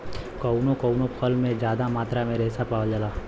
कउनो कउनो फल में जादा मात्रा में रेसा पावल जाला